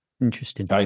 Interesting